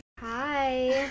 Hi